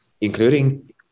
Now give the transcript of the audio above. including